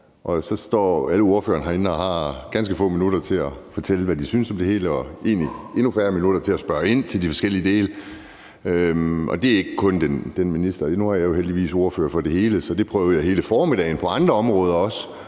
og så står alle ordførerne herinde og har ganske få minutter til at fortælle, hvad de synes om det hele, og egentlig endnu færre minutter til at spørge ind til de forskellige dele. Og det er ikke kun vedrørende denne minister. Nu er jeg jo heldigvis ordfører for det hele, så det prøvede jeg også hele formiddagen på andre områder,